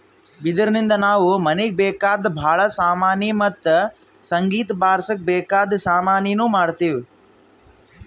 ಬಿದಿರಿನ್ದ ನಾವ್ ಮನೀಗ್ ಬೇಕಾದ್ ಭಾಳ್ ಸಾಮಾನಿ ಮತ್ತ್ ಸಂಗೀತ್ ಬಾರ್ಸಕ್ ಬೇಕಾದ್ ಸಾಮಾನಿನೂ ಮಾಡ್ತೀವಿ